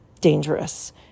dangerous